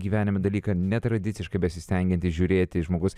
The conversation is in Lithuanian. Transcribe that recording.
gyvenime dalyką netradiciškai besistengiantis žiūrėti žmogus